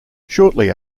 shortly